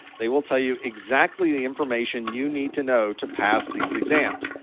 they will tell you exactly the information you need to know to pass these exams.